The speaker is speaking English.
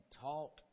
talk